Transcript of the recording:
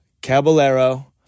Caballero